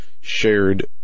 shared